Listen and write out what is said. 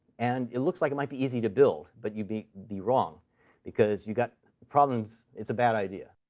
and it looks like it might be easy to build. but you'd be be wrong because you've got problems it's a bad idea.